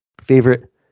Favorite